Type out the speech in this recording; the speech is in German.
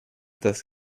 dass